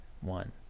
one